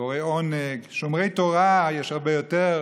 קוראי עונג, שומרי תורה יש הרבה יותר,